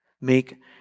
Make